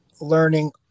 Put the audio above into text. learning